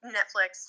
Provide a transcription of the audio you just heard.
Netflix